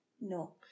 No